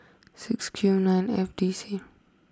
six Q nine F D C